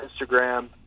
Instagram